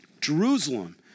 Jerusalem